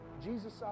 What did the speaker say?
Jesus